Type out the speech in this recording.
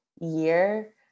year